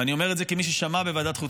ואני אומר את זה כמי ששמע בוועדת חוץ